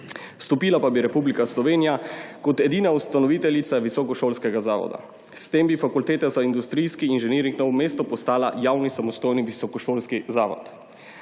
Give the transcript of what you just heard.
vstopila pa bi Republika Slovenija kot edina ustanoviteljica visokošolskega zavoda. S tem bi Fakulteta za industrijski inženiring Novo mesto postala javni samostojni visokošolski zavod.